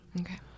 okay